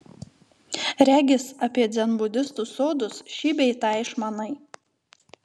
regis apie dzenbudistų sodus šį bei tą išmanai